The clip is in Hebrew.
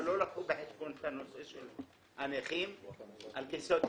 אבל לא הביאו בחשבון את הנושא של הנכים על כסאות גלגלים.